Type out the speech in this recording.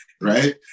right